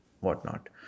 whatnot